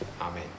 Amen